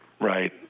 Right